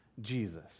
Jesus